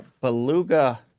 Beluga